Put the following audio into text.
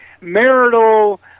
marital